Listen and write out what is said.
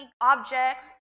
objects